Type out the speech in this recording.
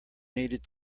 needed